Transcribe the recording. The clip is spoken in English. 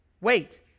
Wait